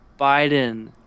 Biden